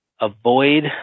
Avoid